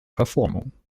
verformung